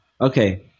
Okay